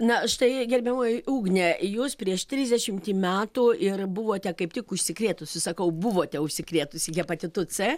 na štai gerbiamoji ugne jūs prieš trisdešimtį metų ir buvote kaip tik užsikrėtusi sakau buvote užsikrėtusi hepatitu c